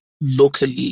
locally